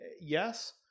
yes